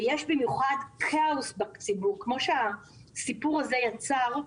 ובמיוחד כאשר יש כאוס בציבור כפי שהסיפור הזה יצר,